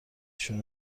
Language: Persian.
شروع